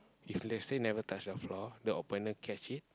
if let's say never touch the floor the opponent catch it